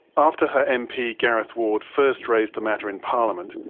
after her mp gareth ward first raised the matter in parliament,